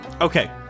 Okay